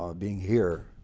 ah being here.